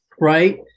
right